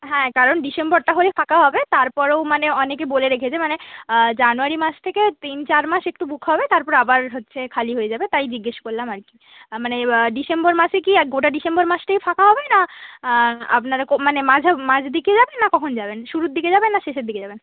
হ্যাঁ কারণ ডিসেম্বরটা হলে ফাঁকা হবে তারপরেও মানে অনেকে বলে রেখেছে মানে জানুয়ারি মাস থেকে তিন চার মাস একটু বুক হবে তারপরে আবার হচ্ছে খালি হয়ে যাবে তাই জিজ্ঞাসা করলাম আর কি মানে ডিসেম্বর মাসে কি গোটা ডিসেম্বর মাসটাই ফাঁকা হবে না আপনারা মানে মাঝা মাঝদিকে যাবেন না কখন যাবেন শুরুর দিকে যাবেন না শেষের দিকে যাবেন